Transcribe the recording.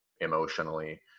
emotionally